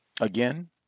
Again